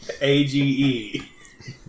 A-G-E